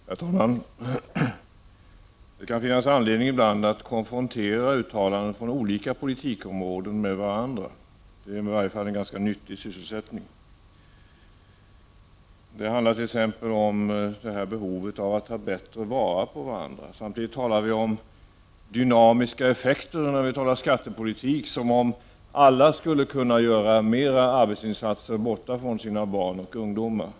Herr talman! Det kan ibland finnas anledning att konfrontera uttalanden från olika politikområden med varandra. Det är i varje fall en ganska nyttig sysselsättning. Det handlar t.ex. om behovet av att ta bättre vara på varandra. Samtidigt talar vi om dynamiska effekter av skattepolitiken, som om alla skulle kunna göra större arbetsinsatser och därmed vara borta mer från sina barn och ungdomar.